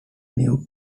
new